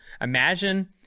Imagine